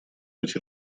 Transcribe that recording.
быть